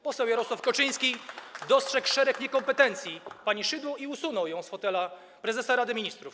Poseł Jarosław Kaczyński dostrzegł szereg niekompetencji pani Szydło i usunął ją z fotela prezesa Rady Ministrów.